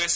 S